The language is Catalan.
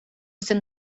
cent